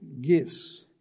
gifts